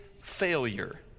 failure